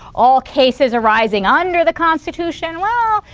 all cases arising under the constitution. well,